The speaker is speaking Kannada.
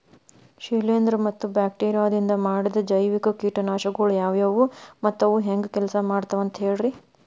ಶಿಲೇಂಧ್ರ ಮತ್ತ ಬ್ಯಾಕ್ಟೇರಿಯದಿಂದ ಮಾಡಿದ ಜೈವಿಕ ಕೇಟನಾಶಕಗೊಳ ಯಾವ್ಯಾವು ಮತ್ತ ಅವು ಹೆಂಗ್ ಕೆಲ್ಸ ಮಾಡ್ತಾವ ಅಂತ ಹೇಳ್ರಿ?